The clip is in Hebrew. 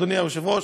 אדוני היושב-ראש,